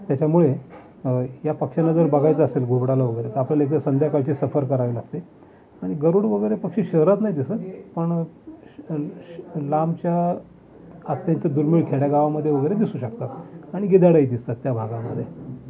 त्याच्यामुळे या पक्ष्याला जर बघायचं असेल घुबडाला वगैरे तर आपल्याला इथं संध्याकाळची सफर करावी लागते आणि गरुड वगैरे पक्षी शहरात नाही दिसत पण श श लांबच्या आता इथं दुर्मिळ खेड्या गावामध्ये वगैरे दिसू शकतात आणि गिधाडं ही दिसतात त्या भागामध्ये